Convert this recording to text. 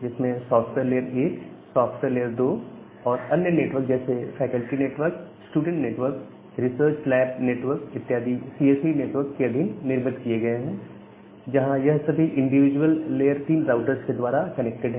जिसमें software lab 1 software lab 2 और अन्य नेटवर्क जैसे faculty network student network research lab network इत्यादि सीएसई नेटवर्क के अधीन निर्मित किए गए हैं जहां यह सभी इंडिविजुअल लेयर 3 राउटर्स के द्वारा कनेक्टेड है